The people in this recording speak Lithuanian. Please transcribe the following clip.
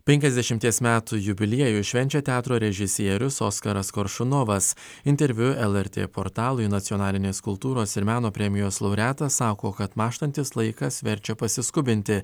penkiasdešimties metų jubiliejų švenčia teatro režisierius oskaras koršunovas interviu lrt portalui nacionalinės kultūros ir meno premijos laureatas sako kad mąžtantis laikas verčia pasiskubinti